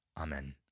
Amen